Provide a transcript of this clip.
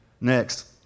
Next